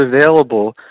available